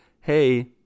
hey